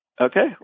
Okay